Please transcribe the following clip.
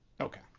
Okay